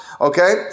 Okay